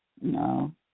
No